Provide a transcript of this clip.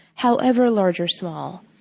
however large or small,